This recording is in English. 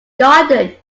garden